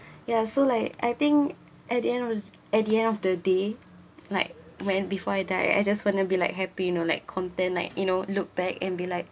ya so like I think at the end of the at the end of the day like when before I die I just wanna be like happy you know like content like you know look back and be like